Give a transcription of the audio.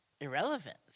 irrelevant